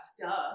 Duh